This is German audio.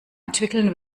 entwickeln